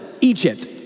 Egypt